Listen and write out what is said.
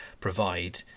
provide